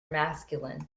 masculine